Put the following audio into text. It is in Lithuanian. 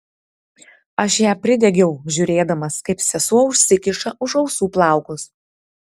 aš ją pridegiau žiūrėdamas kaip sesuo užsikiša už ausų plaukus